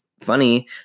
funny